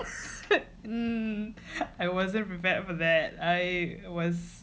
mm I wasn't prepared for that I was